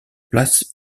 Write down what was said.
place